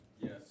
Yes